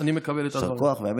אני מקבל את הדבר הזה.